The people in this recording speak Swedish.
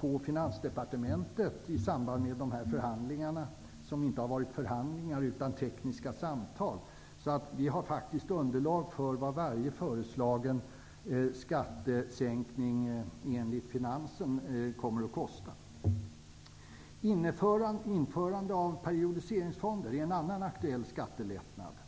på Finansdepartementet, i samband med förhandlingarna -- som inte har varit några förhandlingar utan tekniska samtal. Vi har därför faktiskt uppgift om vad varje föreslagen skattesänkning kommer att kosta enligt finansen. Införande av periodiseringsfonder är en annan aktuell skattelättnad.